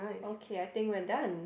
okay I think we're done